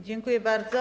Dziękuję bardzo.